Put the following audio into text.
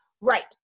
Right